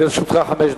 לרשותך חמש דקות.